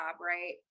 right